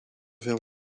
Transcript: veel